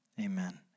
Amen